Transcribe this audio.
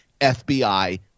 FBI